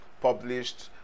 published